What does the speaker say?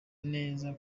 neza